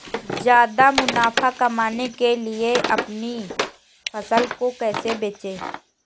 ज्यादा मुनाफा कमाने के लिए अपनी फसल को कैसे बेचें?